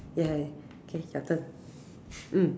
ya okay your turn mm